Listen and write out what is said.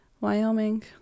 wyoming